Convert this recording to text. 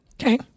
Okay